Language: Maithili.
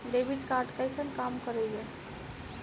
डेबिट कार्ड कैसन काम करेया?